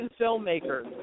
filmmakers